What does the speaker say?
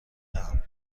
دهم